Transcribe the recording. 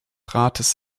rates